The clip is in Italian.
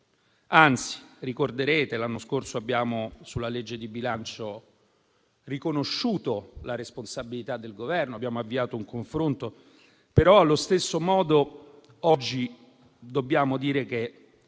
Anzi, ricorderete che l'anno scorso sulla legge di bilancio abbiamo riconosciuto la responsabilità del Governo e abbiamo avviato un confronto. Allo stesso modo, però, oggi dobbiamo dire che